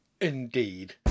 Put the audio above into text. Indeed